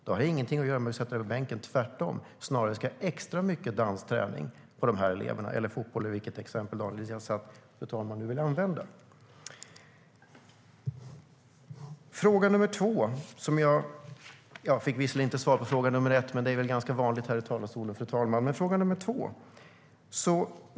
Det har ingenting att göra med att sätta sig på bänken, tvärtom. Snarare blir det för de här eleverna extra mycket dansträning, fotbollsträning eller vilket exempel nu Daniel Riazat vill använda, fru talman. Jag fick visserligen inget svar på fråga nr 1, vilket är ganska vanligt här i talarstolen, fru talman, men vill gå över till fråga nr 2.